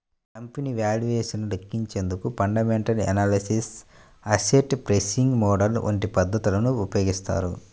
company valuation ను లెక్కించేందుకు fundamental analysis, asset pricing model వంటి పద్ధతులను ఉపయోగిస్తారు